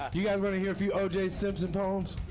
you guys want to hear a few oj simpson poems?